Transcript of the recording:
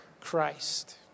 Christ